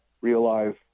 realize